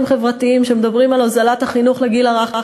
חברתיים שמדברים על הוזלת החינוך לגיל הרך.